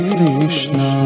Krishna